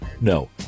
No